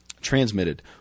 transmitted